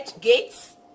Gates